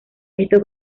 estos